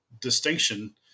distinction